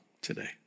today